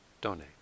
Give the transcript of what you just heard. donate